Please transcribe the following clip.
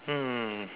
um